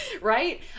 right